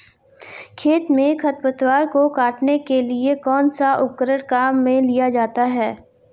खेत में खरपतवार को काटने के लिए कौनसा उपकरण काम में लिया जाता है?